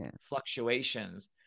fluctuations